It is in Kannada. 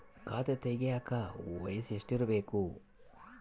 ಖಾತೆ ತೆಗೆಯಕ ವಯಸ್ಸು ಎಷ್ಟಿರಬೇಕು?